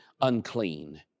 unclean